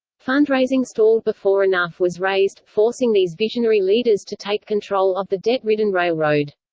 fundraising stalled before enough was raised, forcing these visionary leaders to take control of the debt-ridden railroad.